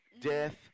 Death